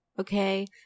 okay